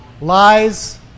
lies